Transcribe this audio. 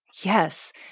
Yes